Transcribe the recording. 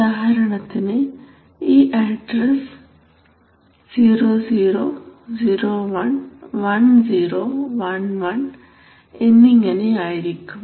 ഉദാഹരണത്തിന് ഈ അഡ്രസ്സ് 00 01 10 11 എന്നിങ്ങനെ ആയിരിക്കും